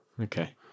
Okay